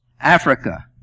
Africa